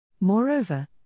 Moreover